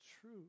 true